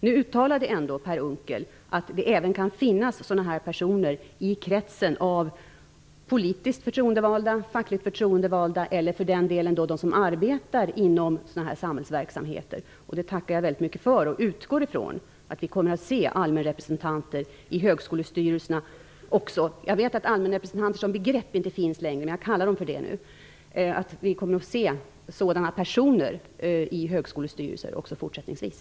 Nu uttalade ändå Per Unckel att det även kan finnas sådana här personer i kretsen av politiskt och fackligt förtroendevalda eller bland dem som arbetar inom sådan samhällsverksamhet. Det tackar jag för. Jag utgår ifrån att vi kommer att se allmänrepresentanter i högskolestyrelserna. Jag vet att ''allmänrepresentant'' som begrepp inte finns längre, men jag använder det nu. Jag hoppas alltså att vi kommer att få se sådana personer i högskolestyrelserna även fortsättningsvis.